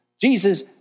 Jesus